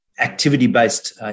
activity-based